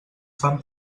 fan